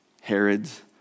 Herod's